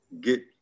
get